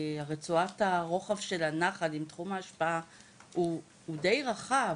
רצועת הרוחב של הנחל עם תחום ההשפעה הוא די רחב.